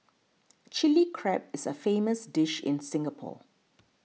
Chilli Crab is a famous dish in Singapore